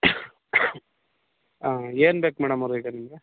ಏನ್ಬೇಕು ಮೇಡಮ್ಮವರೆ ಈಗ ನಿಮಗೆ